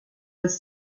was